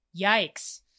yikes